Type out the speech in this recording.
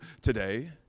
today